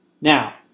Now